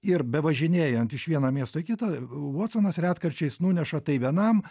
ir bevažinėjant iš vieno miesto į kitą u votsonas retkarčiais nuneša tai vienam